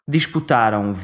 Disputaram